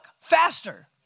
faster